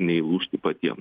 neįlūžti patiem